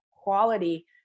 quality